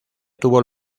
tuvo